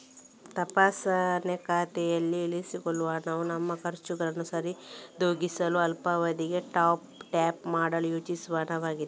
ತಪಾಸಣೆ ಖಾತೆಯಲ್ಲಿ ಇರಿಸಿಕೊಳ್ಳುವ ಹಣವು ನಿಮ್ಮ ಖರ್ಚುಗಳನ್ನು ಸರಿದೂಗಿಸಲು ಅಲ್ಪಾವಧಿಗೆ ಟ್ಯಾಪ್ ಮಾಡಲು ಯೋಜಿಸಿರುವ ಹಣವಾಗಿದೆ